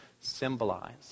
symbolize